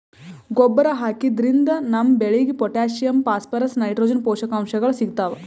ಗೊಬ್ಬರ್ ಹಾಕಿದ್ರಿನ್ದ ನಮ್ ಬೆಳಿಗ್ ಪೊಟ್ಟ್ಯಾಷಿಯಂ ಫಾಸ್ಫರಸ್ ನೈಟ್ರೋಜನ್ ಪೋಷಕಾಂಶಗಳ್ ಸಿಗ್ತಾವ್